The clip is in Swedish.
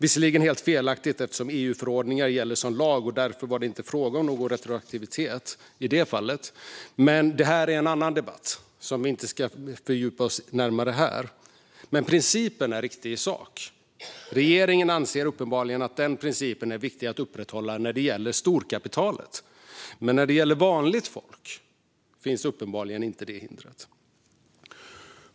Visserligen är detta helt felaktigt eftersom EU-förordningar gäller som lag och det därför inte var fråga om någon retroaktivitet, men det är en annan debatt som vi inte ska fördjupa oss i närmare här. Men principen är riktig i sak. Regeringen anser uppenbarligen att den principen är viktig att upprätthålla när det gäller storkapitalet, men när det gäller vanligt folk finns uppenbarligen inte det hindret.